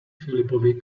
filipovi